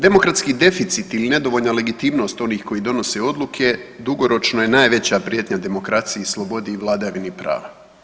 Demokratski deficit ili nedovoljna legitimnost onih koji donose odluke dugoročno je najveća prijetnja demokraciji i slobodi i vladavini prava.